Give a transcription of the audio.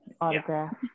Autograph